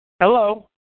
Hello